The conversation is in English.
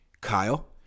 Kyle